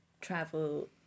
travel